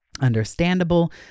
understandable